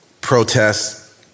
Protests